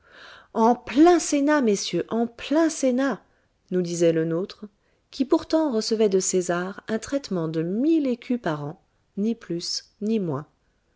en plein sénat messieurs en plein sénat nous disait le nôtre qui pourtant recevait de césar un traitement de mille écus par an ni plus ni moins